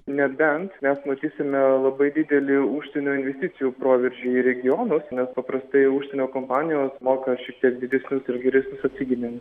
nebent mes matysime labai didelį užsienio investicijų proveržį regionuos nes paprastai užsienio kompanijos moka šiek tiek didesnius ir geresnius atlyginimus